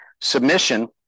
submission